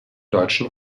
deutschen